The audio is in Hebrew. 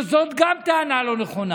גם זאת טענה לא נכונה,